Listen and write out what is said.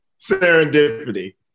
Serendipity